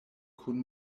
kun